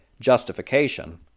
Justification